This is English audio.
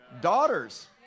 daughters